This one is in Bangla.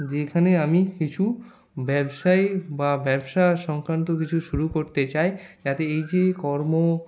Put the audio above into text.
যে এখানে আমি কিছু ব্যবসায়ী বা ব্যবসা সংক্রান্ত কিছু শুরু করতে চাই যাতে এই যে কর্ম